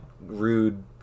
rude